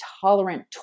tolerant